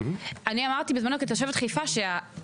כתושבת חיפה אמרתי,